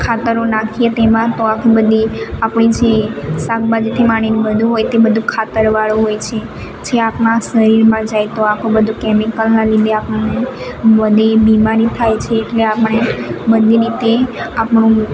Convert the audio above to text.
ખાતરો નાખીએ તેમાં તો આખી બધી આપણી જે શાકભાજીથી માંડીને બધું હોય તે બધું ખાતરવાળું હોય છે જે આપણા શરીરમાં જાય તો આપણું બધું કેમિકલના લીધે આપણને વધી બીમારી થાય છે એટલે આપણે બધી રીતે આપણું